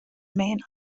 main